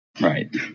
Right